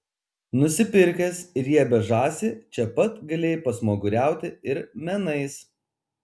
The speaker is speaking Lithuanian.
nusipirkęs riebią žąsį čia pat galėjai pasmaguriauti ir menais